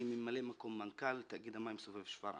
אני ממלא מקום מנכ"ל תאגיד המים סובב שפרעם.